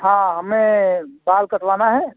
हाँ हमें बाल कटवाना है